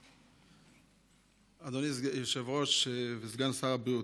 אדוני היושב-ראש וסגן שר הבריאות,